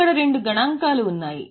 అక్కడ రెండు గణాంకాలు ఉన్నాయి